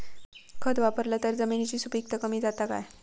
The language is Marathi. खत वापरला तर जमिनीची सुपीकता कमी जाता काय?